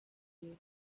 you